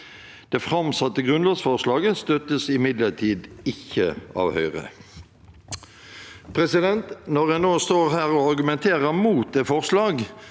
Det framsatte grunnlovsforslaget støttes imidlertid ikke av Høyre. Når jeg nå står her og argumenterer mot det forslaget